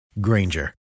Granger